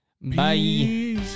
Bye